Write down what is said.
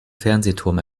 fernsehturm